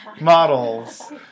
models